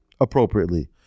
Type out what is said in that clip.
appropriately